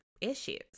issues